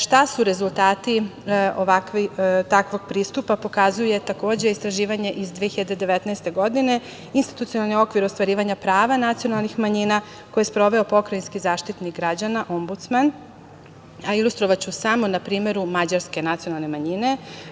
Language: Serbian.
Šta su rezultati takvog pristupa, pokazuje takođe istraživanje iz 2019. godine, institucionalni okvir ostvarivanja prava nacionalnih manjina koje je sproveo Pokrajinski Zaštitnik građana, Ombudsman, a ilustrovaću samo na primeru Mađarske nacionalne manjine.